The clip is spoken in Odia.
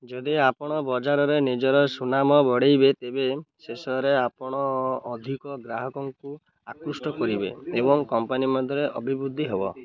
ଯଦି ଆପଣ ବଜାରରେ ନିଜର ସୁନାମ ବଢ଼ାଇବେ ତେବେ ଶେଷରେ ଆପଣ ଅଧିକ ଗ୍ରାହକଙ୍କୁ ଆକୃଷ୍ଟ କରିବେ ଏବଂ କମ୍ପାନୀ ମଧ୍ୟରେ ଅଭିବୃଦ୍ଧି ହେବ